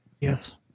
Yes